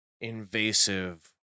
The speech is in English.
invasive